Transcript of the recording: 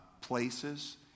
places